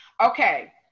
Okay